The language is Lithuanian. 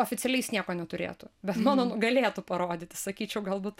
oficialiai jis nieko neturėtų bet mano galėtų parodyti sakyčiau galbūt